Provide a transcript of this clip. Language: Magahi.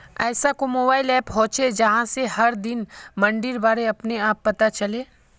ऐसा कोई मोबाईल ऐप होचे जहा से हर दिन मंडीर बारे अपने आप पता चले?